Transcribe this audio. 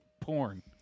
porn